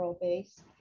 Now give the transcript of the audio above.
base